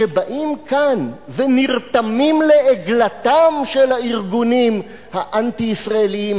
שבאים כאן ונרתמים לעגלתם של הארגונים האנטי-ישראליים,